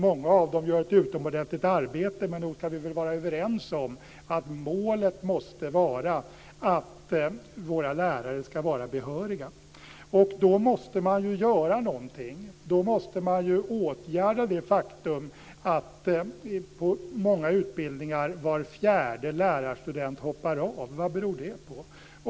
Många av dem gör ett utomordentligt arbete, men nog kan vi väl vara överens om att målet måste vara att våra lärare ska vara behöriga. Då måste man ju göra någonting. Då måste man åtgärda det faktum att var fjärde lärarstudent hoppar av sin utbildning. Vad beror det på?